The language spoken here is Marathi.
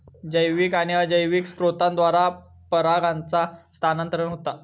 जैविक आणि अजैविक स्त्रोतांद्वारा परागांचा स्थानांतरण होता